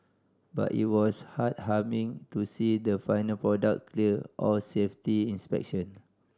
but it was heartwarming to see the final product clear all safety inspection